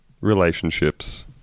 relationships